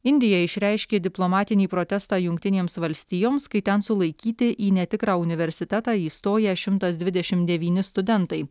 indija išreiškė diplomatinį protestą jungtinėms valstijoms kai ten sulaikyti į netikrą universitetą įstoję šimtas dvidešimt devyni studentai